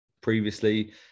previously